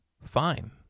fine